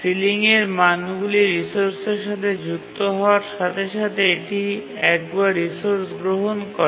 সিলিংয়ের মানগুলি রিসোর্সে সাথে যুক্ত হওয়ার সাথে সাথে এটি একবার রিসোর্স গ্রহণ করে